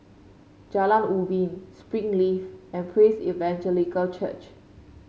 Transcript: Jalan Ubin Springleaf and Praise Evangelical Church